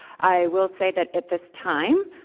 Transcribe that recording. i will say that, at this time,